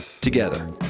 together